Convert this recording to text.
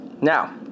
Now